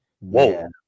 whoa